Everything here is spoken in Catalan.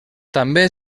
també